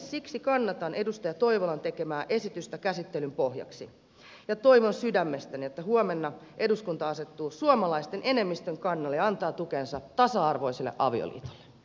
siksi kannatan edustaja toivolan tekemää esitystä käsittelyn pohjaksi ja toivon sydämestäni että huomenna eduskunta asettuu suomalaisten enemmistön kannalle ja antaa tukensa tasa arvoiselle avioliitolle